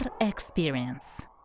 experience